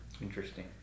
Interesting